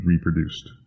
reproduced